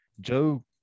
Joe